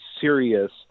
serious